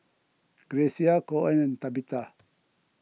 Grecia Coen and Tabitha